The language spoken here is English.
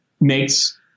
makes